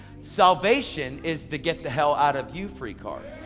salvation is the get the hell out of you, free card.